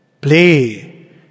Play